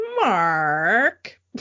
mark